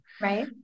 Right